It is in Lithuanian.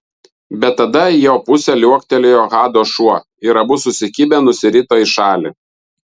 bet tada į jo pusę liuoktelėjo hado šuo ir abu susikibę nusirito į šalį